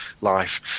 life